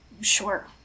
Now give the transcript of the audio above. Sure